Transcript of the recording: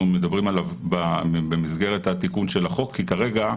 מדברים עליו במסגרת התיקון של החוק כי כרגע,